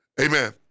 Amen